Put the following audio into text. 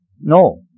No